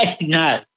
No